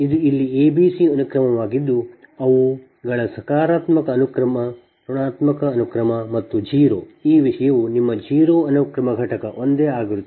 ಇದು ಇಲ್ಲಿ a b c ಅನುಕ್ರಮವಾಗಿದ್ದು ಅವುಗಳ ಸಕಾರಾತ್ಮಕ ಅನುಕ್ರಮ ಋಣಾತ್ಮಕ ಅನುಕ್ರಮ ಮತ್ತು 0 ಈ ವಿಷಯವು ನಿಮ್ಮ 0 ಅನುಕ್ರಮ ಘಟಕ ಒಂದೇ ಆಗಿರುತ್ತದೆ